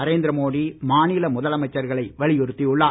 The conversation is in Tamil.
நரேந்திர மோடி மாநில முதலமைச்சர்களை வலியுறுத்தி உள்ளார்